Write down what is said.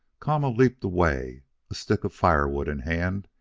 kama leaped away, a stick of firewood in hand,